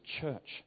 church